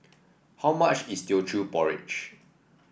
how much is Teochew Porridge